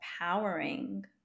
empowering